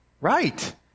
Right